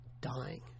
dying